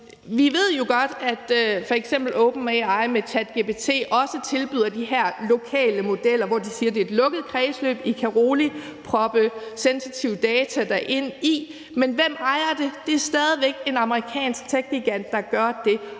Vi ved jo godt, at f.eks. OpenAI med ChatGPT også tilbyder de her lokale modeller, hvor de siger, at det er et lukket kredsløb, så man rolig kan proppe sensitive data i den. Men hvem ejer det? Det er stadig væk en amerikansk techgigant, der gør det.